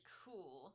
cool